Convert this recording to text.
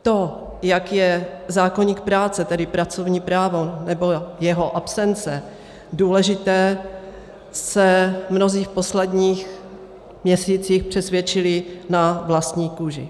To, jak je zákoník práce, tedy pracovní právo nebo jeho absence, důležitý, se mnozí v posledních měsících přesvědčili na vlastní kůži.